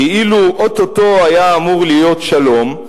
כאילו או-טו-טו היה אמור להיות שלום,